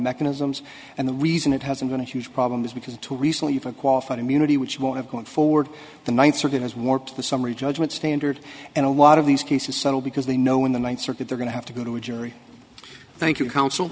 mechanisms and the reason it hasn't been a huge problem is because until recently even qualified immunity which will have gone forward the ninth circuit has warped the summary judgment standard and a lot of these cases settle because they know when the ninth circuit they're going to have to go to a jury thank you counsel